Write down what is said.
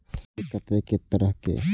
मिट्टी कतेक तरह के?